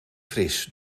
fris